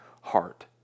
heart